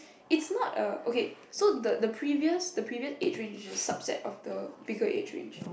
its not a okay so the the previous the previous age range is a subset of the bigger age range